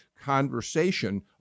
conversation